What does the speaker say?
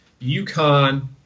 UConn